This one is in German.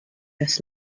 das